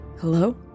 hello